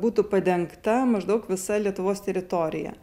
būtų padengta maždaug visa lietuvos teritorija